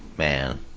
Man